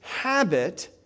habit